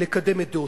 לקדם את דעותיהם.